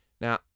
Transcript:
Now